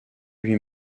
lui